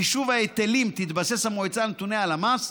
בחישוב ההיטלים תתבסס המועצה על נתוני הלמ"ס,